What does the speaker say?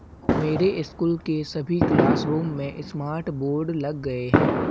मेरे स्कूल के सभी क्लासरूम में स्मार्ट बोर्ड लग गए हैं